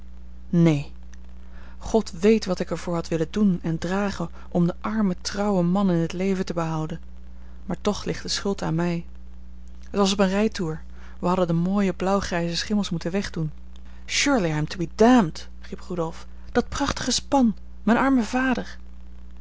neen god weet wat ik er voor had willen doen en dragen om den armen trouwen man in het leven te behouden maar toch ligt de schuld aan mij het was op een rijtoer wij hadden de mooie blauwgrijze schimmels moeten wegdoen surely i am to be dammed riep rudolf dat prachtige span mijn arme vader